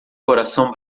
coração